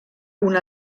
una